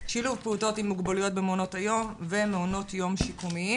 שילוב פעוטות עם מוגבלויות במעונות היום ומעונות יום שיקומיים.